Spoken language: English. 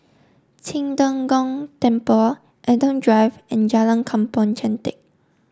Qing De Gong Temple Adam Drive and Jalan Kampong Chantek